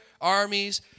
armies